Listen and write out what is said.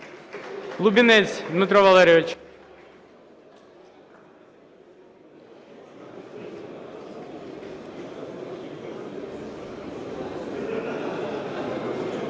Лубінець Дмитро Валерійович.